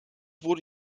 wurde